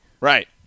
Right